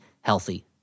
healthy